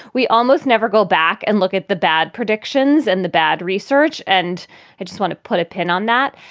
we almost never go back and look at the bad predictions and the bad research. and i just want to put a pin on that.